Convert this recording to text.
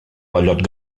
mallot